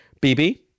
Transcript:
BB